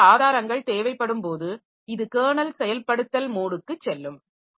அதற்கு சில ஆதாரங்கள் தேவைப்படும் போது இது கெர்னல் செயல்படுத்தல் மோடுக்குச் செல்லும்